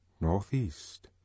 northeast